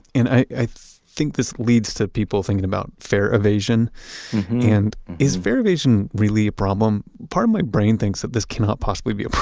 and i think this leads to people thinking about fare evasion and is fare evasion really a problem? part of my brain thinks that this cannot possibly be a